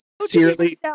sincerely